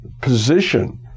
position